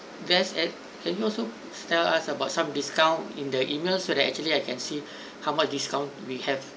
best at can also tell us about some discount in the emails so that actually I can see how much discount we have